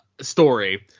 story